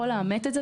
יכול לאמת אותו,